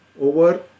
over